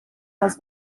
les